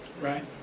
Right